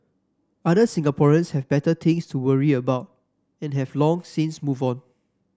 other Singaporeans have better things to worry about and have long since moved on